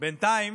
בינתיים